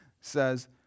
says